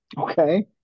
Okay